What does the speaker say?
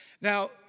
now